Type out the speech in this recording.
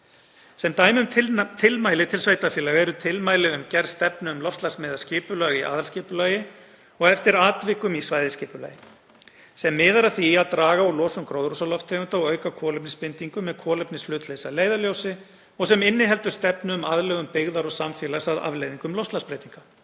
Sem dæmi um tilmæli til sveitarfélaga eru tilmæli um gerð stefnu um loftslagsmiðað skipulag í aðalskipulagi og eftir atvikum í svæðisskipulagi, sem miðar að því að draga úr losun gróðurhúsalofttegunda og auka kolefnisbindingu með kolefnishlutleysi að leiðarljósi, og sem inniheldur stefnu um aðlögun byggðar og samfélags að afleiðingum loftslagsbreytinga.